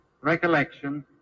recollection